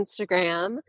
Instagram